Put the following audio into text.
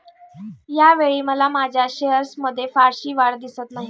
यावेळी मला माझ्या शेअर्समध्ये फारशी वाढ दिसत नाही